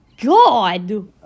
God